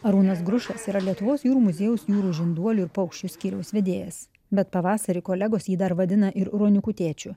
arūnas grušas yra lietuvos jūrų muziejaus jūrų žinduolių ir paukščių skyriaus vedėjas bet pavasarį kolegos jį dar vadina ir ruoniukų tėčiu